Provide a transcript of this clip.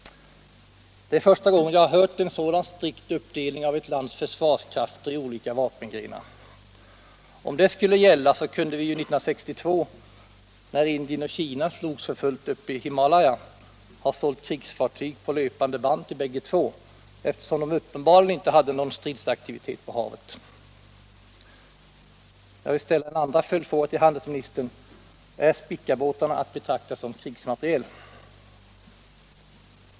Det är första gången jag hört en sådan strikt uppdelning av ett lands försvarskrafter i olika vapengrenar. Om det skulle gälla kunde vi ju 1962, när Indien och Kina slogs för fullt uppe i Himalaya, ha sålt krigsfartyg på löpande band till bägge två, eftersom de uppenbarligen inte hade någon stridsaktivitet på havet. Jag vill alltså ställa min andra följdfråga till handelsministern: Är Spicabåtarna att betrakta som krigsmateriel?